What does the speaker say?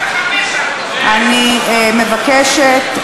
95% אני מבקשת,